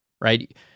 right